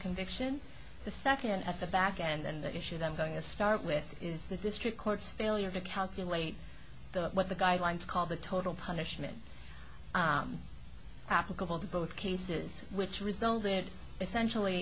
conviction the nd at the back and then the issues i'm going to start with is the district court's failure to calculate the what the guidelines called the total punishment applicable to both cases which resulted essentially